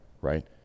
right